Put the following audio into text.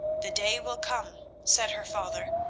the day will come, said her father,